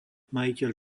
majiteľ